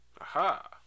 Aha